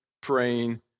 praying